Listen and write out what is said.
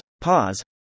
pause